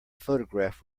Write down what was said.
photograph